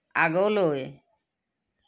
আগলৈ